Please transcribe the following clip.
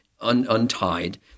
untied